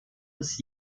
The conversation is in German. des